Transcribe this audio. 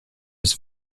his